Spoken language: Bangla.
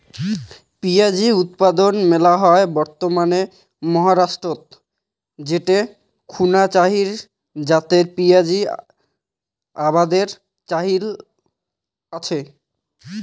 পিঁয়াজী উৎপাদন মেলা হয় বর্তমানে মহারাষ্ট্রত যেটো খুনা চাইর জাতের পিয়াঁজী আবাদের চইল আচে